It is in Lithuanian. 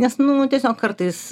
nes nu tiesiog kartais